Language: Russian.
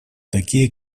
такие